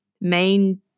main